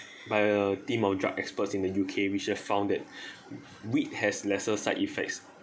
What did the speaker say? by a team of drug experts in the U_K which I found that weed has lesser side effects